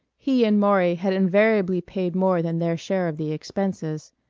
he and maury had invariably paid more than their share of the expenses.